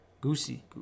Goosey